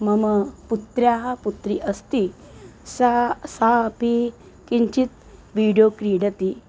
मम पुत्र्याः पुत्री अस्ति सा सा अपि किञ्चित् वीडियो क्रीडति